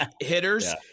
hitters